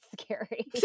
scary